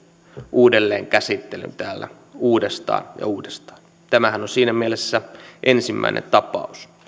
uudelleenkäsittelyn täällä uudestaan ja uudestaan tämähän on siinä mielessä ensimmäinen tapaus